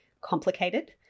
complicated